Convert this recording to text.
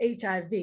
HIV